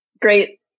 Great